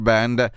Band